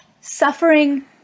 suffering